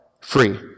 free